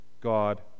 God